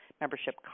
membership